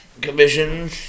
Commission